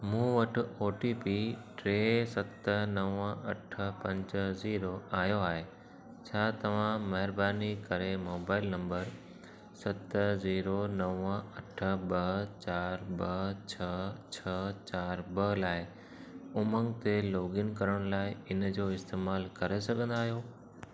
मूं वटि O T P टे सत नव अठ पंज ज़ीरो आयो आहे छा तव्हां महिरबानी करे मोबाइल नंबर सत जीरो नव अठ ॿ चारि ॿ छह छह चारि ॿ लाए उमंग ते लोगइन करण लाइ इनजो इस्तेमाल करे सघंदा आहियो